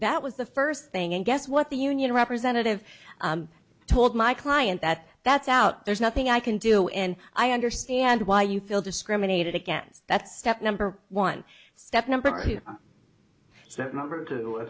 that was the first thing and guess what the union representative told my client that that's out there's nothing i can do and i understand why you feel discriminated against that's step number one step number